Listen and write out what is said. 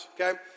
okay